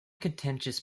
contentious